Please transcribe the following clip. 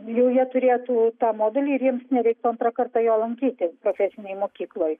jau jie turėtų tą modulį ir jiems nereiktų antrą kartą jo lankyti profesinėj mokykloj